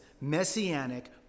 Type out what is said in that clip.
messianic